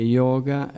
yoga